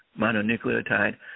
mononucleotide